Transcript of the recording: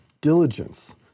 diligence